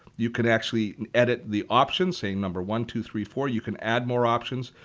you could actually edit the options, saying number one, two, three, four. you can add more options.